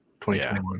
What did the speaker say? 2021